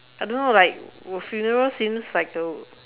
I don't know like would funeral seems like a